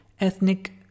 Ethnic